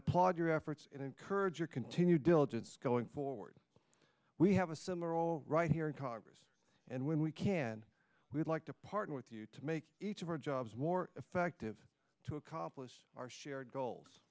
applaud your efforts and encourage your continued diligence going forward we have a similar all right here in congress and when we can we'd like to partner with you to make each of our jobs more effective to accomplish our shared goals